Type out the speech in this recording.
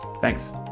Thanks